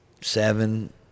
seven